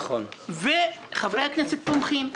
וחברי הכנסת תומכים,